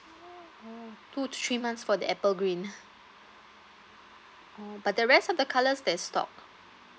oh two to three months for the apple green oh but the rest of the colours there's stock